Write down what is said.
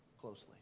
closely